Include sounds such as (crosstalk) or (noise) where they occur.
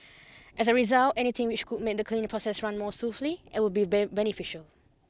as a result anything which could make the cleaning process run more smoothly and would be (unintelligible) beneficial